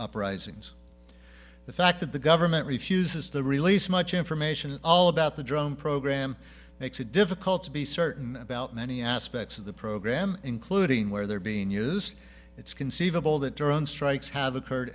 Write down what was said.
uprisings the fact that the government refuses to release much information all about the drone program makes it difficult to be certain about many aspects of the program including where they're being used it's conceivable that drone strikes have occurred